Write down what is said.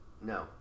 No